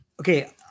Okay